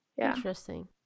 Interesting